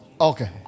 okay